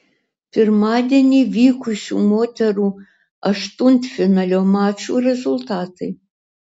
pirmadienį vykusių moterų aštuntfinalio mačų rezultatai